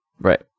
Right